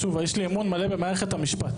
שוב, יש לי אמון מלא במערכת המשפט.